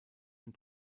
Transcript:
und